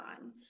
on